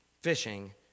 fishing